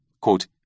Quote